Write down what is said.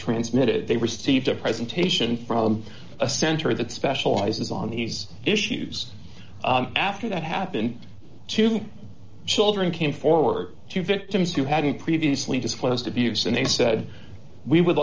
transmitted they received a presentation from a center that specializes on these issues after that happened to children came forward to victims who hadn't previously disclosed abuse and they said we would